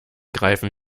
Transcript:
greifen